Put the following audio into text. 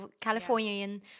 Californian